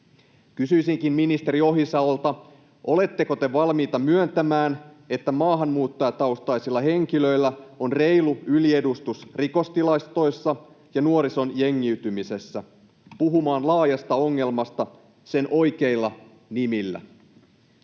Kysyisinkin ministeri Ohisalolta: oletteko te valmiita myöntämään, että maahanmuuttajataustaisilla henkilöillä on reilu yliedustus rikostilastoissa ja nuorison jengiytymisessä, puhumaan laajasta ongelmasta sen oikeilla nimillä?